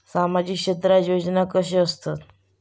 सामाजिक क्षेत्रात योजना कसले असतत?